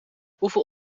hoeveel